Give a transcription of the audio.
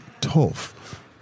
tough